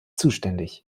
zuständig